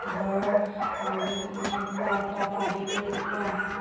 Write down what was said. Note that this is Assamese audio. ঘৰৰ মানে বোৱা কটাৰ পৰা আদি কৰি কুকুৰা হাঁহ